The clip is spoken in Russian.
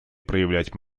проявлять